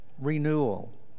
Renewal